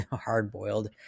hard-boiled